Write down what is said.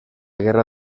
guerra